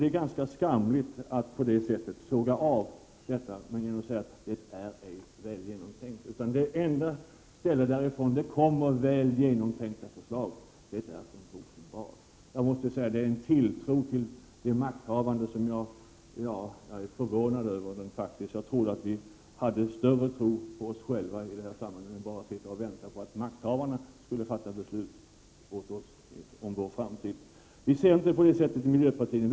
Det är ganska skamligt att såga av detta genom att säga att förslagen inte är väl genomtänkta. Det enda ställe varifrån det kommer genomtänkta förslag är Rosenbad! Jag måste säga att det är en tilltro till de makthavande som jag är förvånad över. Jag trodde att vi i det här sammanhanget hade en större tro på oss själva och inte bara skulle sitta och vänta på att makthavarna skall fatta beslut åt oss om vår framtid. Vi i miljöpartiet har inte den synen.